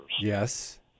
yes